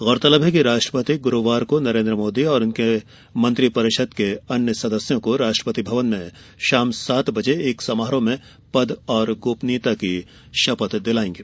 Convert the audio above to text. गौरतलब है कि राष्ट्रपति बृहस्पतिवार को नरेन्द्र मोदी और उनके मंत्रिपरिषद के अन्य सदस्यों को राष्ट्रपति भवन में शाम सात बजे एक समारोह में पद और गोपनीयता की शपथ दिलाएंगे